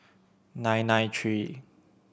nine nine three